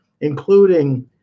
including